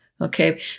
Okay